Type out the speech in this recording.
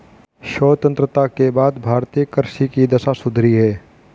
स्वतंत्रता के बाद भारतीय कृषि की दशा सुधरी है